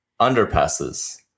underpasses